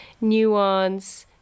nuance